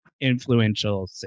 influential